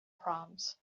proms